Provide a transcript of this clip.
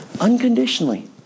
unconditionally